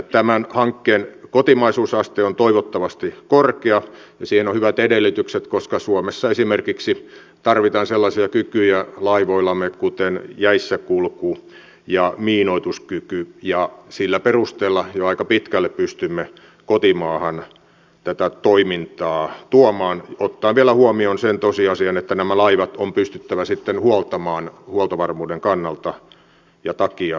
tämän hankkeen kotimaisuusaste on toivottavasti korkea ja siihen on hyvät edellytykset koska suomessa laivoillamme tarvitaan esimerkiksi sellaisia kykyjä kuin jäissäkulku ja miinoituskyky ja sillä perusteella jo aika pitkälle pystymme kotimaahan tätä toimintaa tuomaan ottaen vielä huomioon sen tosiasian että nämä laivat on pystyttävä sitten huoltamaan huoltovarmuuden takia suomessa